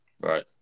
right